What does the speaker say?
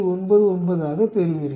99 ஆகப் பெறுவீர்கள்